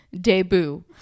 debut